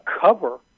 cover